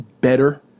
better